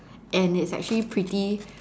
and it's actually pretty